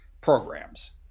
programs